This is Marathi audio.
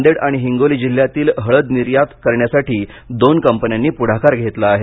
नांदेड आणि हिंगोली जिल्ह्यातील हळद निर्यात करण्यासाठी दोन कंपन्यांनी पुढाकार घेतला आहे